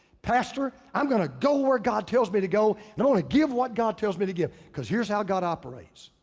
pastor, i'm gonna go where god tells me to go and only give what god tells me to give. cause here's how god operates.